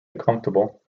uncomfortable